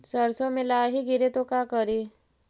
सरसो मे लाहि गिरे तो का करि?